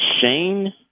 Shane